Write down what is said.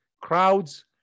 crowds